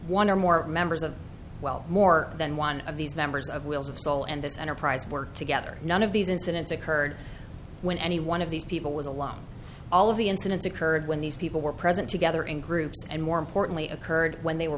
one or more members of well more than one of these members of wills of soul and this enterprise work together none of these incidents occurred when any one of these people was alone all of the incidents occurred when these people were present together in groups and more importantly occurred when they were